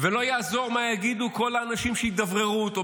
ולא יעזור מה יגידו כל האנשים שידבררו אותו,